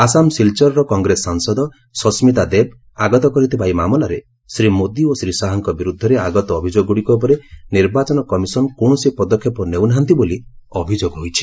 ଆସାମ୍ ସିଲଚରର କଂଗ୍ରେସ ସାଂସଦ ସସ୍ତିତା ଦେବ ଆଗତ କରିଥିବା ଏହି ମାମଲାରେ ଶ୍ରୀ ମୋଦି ଓ ଶ୍ରୀ ଶାହାଙ୍କ ବିରୁଦ୍ଧରେ ଆଗତ ଅଭିଯୋଗଗୁଡ଼ିକ ଉପରେ ନିର୍ବାଚନ କମିଶନ୍ କୌଣସି ପଦକ୍ଷେପ ନେଉନାହାନ୍ତି ବୋଲି ଅଭିଯୋଗ ହୋଇଛି